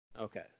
Okay